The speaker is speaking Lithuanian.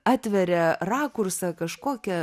atveria rakursą kažkokią